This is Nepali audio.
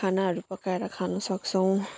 खानाहरू पकाएर खान सक्छौँ